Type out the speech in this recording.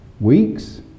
Weeks